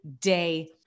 day